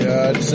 God